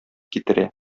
китерә